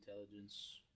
intelligence